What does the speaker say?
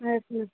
ஆ சொல்லுங்க